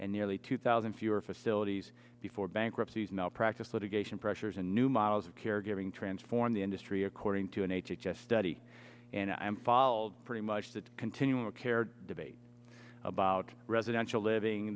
and nearly two thousand fewer facilities before bankruptcies malpractise litigation pressures and new models of caregiving transform the industry according to an h h s study and i'm vald pretty much that continual care debate about residential living